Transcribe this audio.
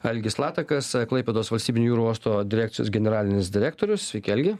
algis latakas klaipėdos valstybinio jūrų uosto direkcijos generalinis direktorius sveiki algi